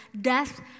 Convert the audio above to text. death